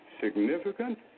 significant